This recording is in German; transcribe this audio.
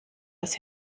das